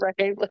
right